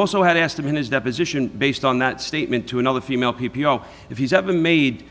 also have asked him in his deposition based on that statement to another female p p o if he's ever made